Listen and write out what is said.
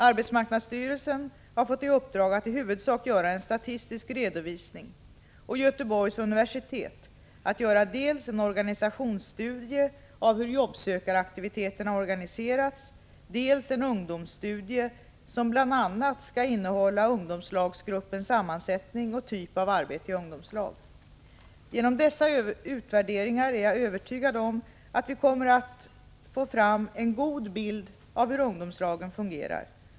Arbetsmarknadsstyrelsen har fått i uppdrag att i huvudsak göra en statistisk redovisning och Göteborgs universitet att göra dels en organisationsstudie av hur jobbsökaraktiviteterna organiserats, dels en ungdomsstudie som bl.a. skall innehålla ungdomslagsgruppens sammansättning och typ av arbete i ungdomslag. Genom dessa utvärderingar är jag övertygad om att vi kommer att få fram en god bild av hur ungdomslagen fungerar.